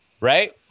Right